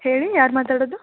ಹೇಳಿ ಯಾರು ಮಾತಾಡೋದು